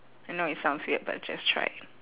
I know it sounds weird but just try